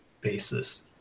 basis